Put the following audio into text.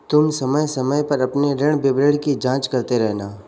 तुम समय समय पर अपने ऋण विवरण की जांच करते रहना